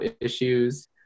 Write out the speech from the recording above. issues